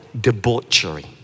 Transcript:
debauchery